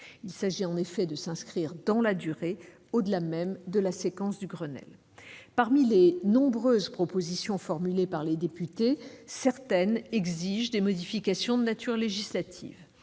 Il s'agit en effet d'inscrire notre action dans la durée, au-delà même de la séquence du Grenelle. Parmi les nombreuses propositions formulées par les députés, certaines exigeaient des modifications de nature législative.